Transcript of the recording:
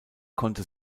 konnte